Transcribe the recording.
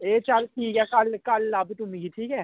एह् चल्ल ठीक ऐ कल्ल लब्भ मिगी तू ठीक ऐ